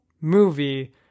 movie